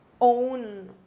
own